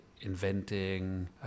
inventing